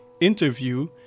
interview